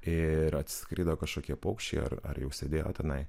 ir atskrido kažkokie paukščiai ar ar jau sėdėjo tenai